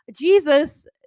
Jesus